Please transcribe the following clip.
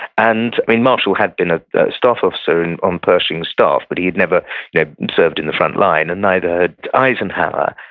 and marshall had been a staff officer and on pershing's staff, but he had never yeah served in the front line and neither had eisenhower.